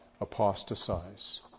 apostatize